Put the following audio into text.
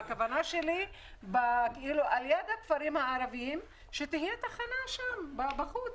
הכוונה שלי היא שליד הכפרים הערביים תהיה תחנה בחוץ.